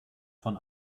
von